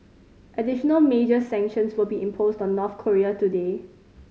additional major sanctions will be imposed on North Korea today